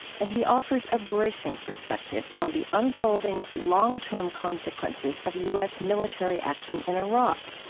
and he offers a bracing perspective on the unfolding long-term consequences of u s. military action in iraq.